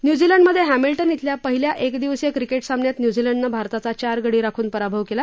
न्यूझीलंडमधे Hamilton इथल्या पहिल्या एक दिवसीय क्रिकेट सामन्यांत न्यूझीलंडनं भारताचा चार गडी राखून पराभव केला